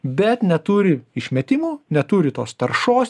bet neturi išmetimo neturi tos taršos